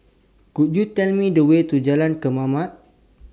Could YOU Tell Me The Way to Jalan Kemaman